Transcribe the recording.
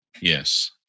Yes